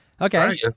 Okay